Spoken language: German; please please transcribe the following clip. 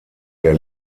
der